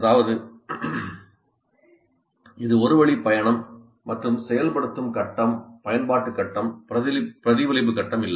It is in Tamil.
அதாவது இது ஒரு வழி பயணம் மற்றும் செயல்படுத்தும் கட்டம் பயன்பாட்டு கட்டம் பிரதிபலிப்பு கட்டம் இல்லை